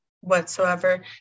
whatsoever